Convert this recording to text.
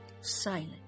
silent